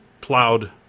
plowed